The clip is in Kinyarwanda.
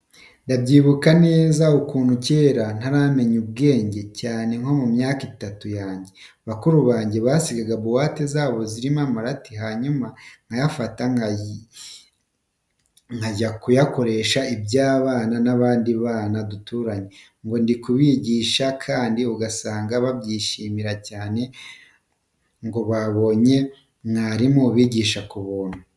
Ndabyibuka neza ukuntu kera ntaramenya ubwenge cyane nko ku myaka itatu yange, bakuru bange basigaga buwate zabo zirimo amarati, hanyuma nkayafata nkajya kuyakoresha iby'abana n'abandi bana duturanye ngo ndi kubigisha kandi ugasanga babyishimiye cyane ngo babonye mwarimu ubigisha ku buntu.